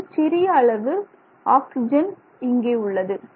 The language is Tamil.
மிகச் சிறிய அளவு ஆக்சிஜன் இங்கே உள்ளது